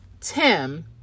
Tim